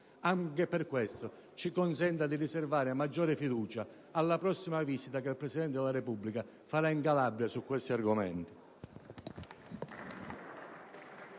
Anche per questo, ci consenta di riservare maggiore fiducia alla prossima visita che il Presidente della Repubblica effettuerà in Calabria su questi argomenti.